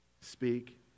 Speak